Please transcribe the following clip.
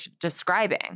describing